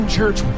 church